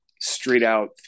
straight-out